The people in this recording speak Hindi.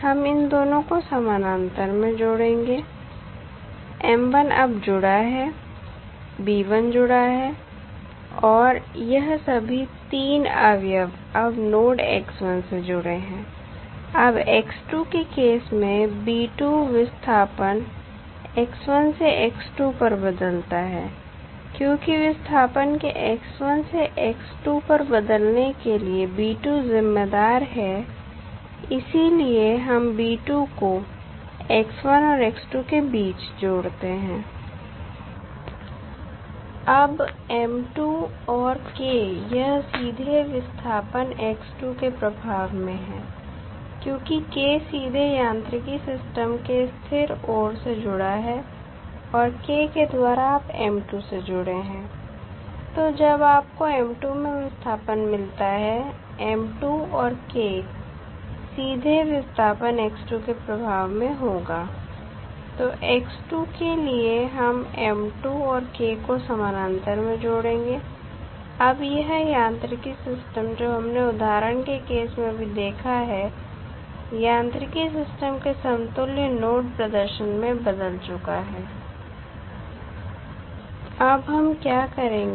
हम इन दोनों को समानांतर में जोड़ेंगे अब जुड़ा है जुड़ा है और यह सभी 3 अवयव अब नोड से जुड़े हैं अब के केस में विस्थापन x1 से x2 पर बदलता है क्योंकि विस्थापन के x1 से x2 पर बदलने के लिए B2 जिम्मेदार है इसलिए हम B2 को x1 और x2 के बीच जोड़ते हैं अब M2 और K यह सीधे विस्थापन x2 के प्रभाव में हैं क्योंकि K सीधे यांत्रिकी सिस्टम के स्थिर ओर से जुड़ा है और K के द्वारा आप M2 से जुड़े हैं तो जब आप को M2 में विस्थापन मिलता है M2 और K सीधे विस्थापन x2 के प्रभाव में होगा तो x2 के लिए हम M2 और K को समानांतर में जोड़ेंगे अब यह यांत्रिकी सिस्टम जो हमने उदाहरण के केस में अभी देखा है यांत्रिकी सिस्टम के समतुल्य नोड प्रदर्शन में बदल चुका है अब हम क्या करेंगे